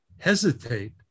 hesitate